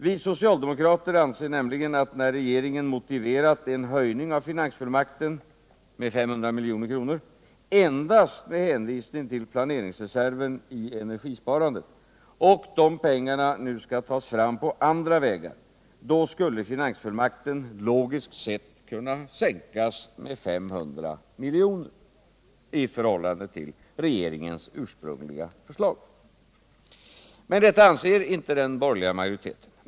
Vi socialdemokrater anser nämligen att när regeringen har motiverat en höjning av finansfullmakten med 500 milj.kr. endast med att hänvisa till planeringsreserven i energisparandet och dessa pengar nu skall tas fram på andra vägar, då skulle finansfullmakten logiskt sett kunna sänkas med 500 milj.kr. i förhållande till regeringens ursprungliga förslag. Men detta anser inte den borgerliga majoriteten.